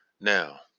Now